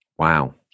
Wow